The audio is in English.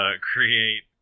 create